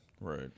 Right